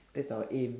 that's our aim